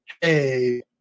hey